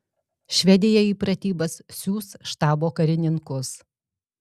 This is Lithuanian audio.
švedija į pratybas siųs štabo karininkus